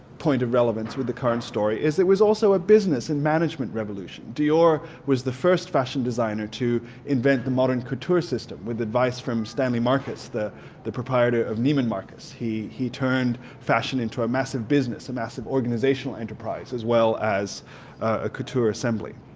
point of relevance with the current story is it was also a business and management revolution. dior was the first fashion designer to invent the modern couture system with advice from stanley marcus, the the proprietor of neiman marcus. he he turned fashion into a massive business, a massive organizational enterprise as well as a couture assembly.